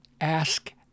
ask